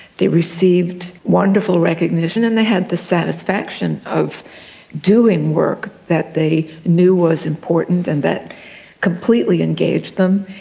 they received wonderful recognition and they had the satisfaction of doing work that they knew was important and that completely engaged them,